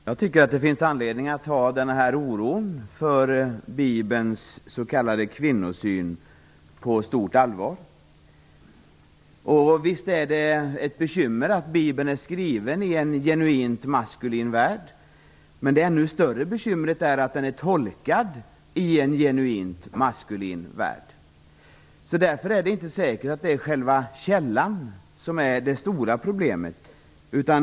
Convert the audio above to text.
Herr talman! Det finns anledning att ta oron över Bibelns s.k. kvinnosyn på stort allvar. Visst är det ett bekymmer att Bibeln är skriven i en genuint maskulin värld. Men ett ännu större bekymmer är att den är tolkad i en genuint maskulin värld. Därför är det inte säkert att det är själva källan som är det stora problemet.